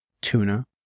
tuna